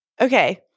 Okay